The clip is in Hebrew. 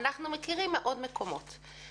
אנחנו מכירים ממקומות נוספים.